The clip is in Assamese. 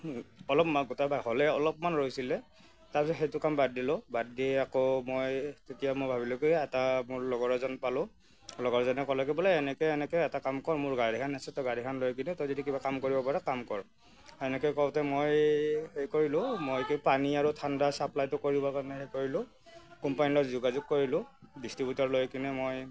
অলপ হ'লে অলপমান ৰৈছিলে তাৰপিছত সেইটো কাম বাদ দিলোঁ বাদ দি আকৌ মই তেতিয়া মই ভাবিলোঁ কি এটা মোৰ লগৰ এজন পালোঁ লগৰজনে ক'লে কি বোলে এনেকৈ এনেকৈ এটা কাম কৰ মোৰ গাড়ীখন আছে তই গাড়ীখন লৈ কিনে তই যদি কিবা কাম কৰিব পাৰ কাম কৰ সেনেকৈ কওঁতে মই এই কৰিলোঁ মই পানী আৰু ঠাণ্ডা চাপ্লাইটো কৰিবৰ কাৰণে হেৰি কৰিলোঁ কোম্পানীৰ লগত যোগাযোগ কৰিলোঁ ডিষ্ট্ৰিবিউটৰ লৈ কিনে মই